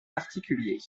particulier